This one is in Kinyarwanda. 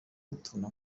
utuntu